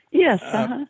Yes